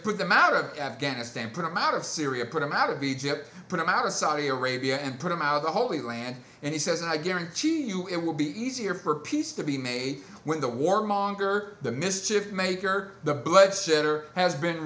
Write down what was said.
to put them out of afghanistan put them out of syria put them out of egypt put them out of saudi arabia and put them out of the holy land and he says i guarantee you it will be easier for peace to be made when the warmonger the mischief maker or the bloodshed or has been